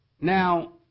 Now